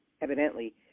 Evidently